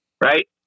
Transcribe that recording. Right